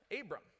Abram